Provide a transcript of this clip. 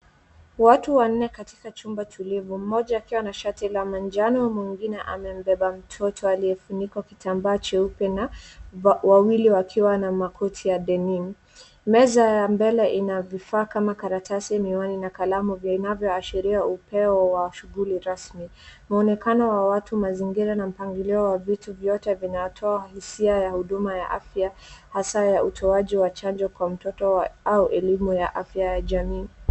Watu wanne katika chumba tulivu, mmoja akiwa na shati la majano, mwingine amembeba mtoto aliyefunikwa kitambaa cheupe na wawili wakiwa na makoti ya denim Meza ya mbele ina vifaa kama karatasi, miwani na kalamu vinavyoashiria upeo wa shughuli rasmi. Muonekano wa watu, mazingira na mpangilio wa vitu vyote vinatoa hisia ya huduma ya afya, hasa ya utoaji wa chanjo kwa mtoto au elimu ya afya ya jamii.